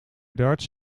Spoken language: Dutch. darts